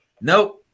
nope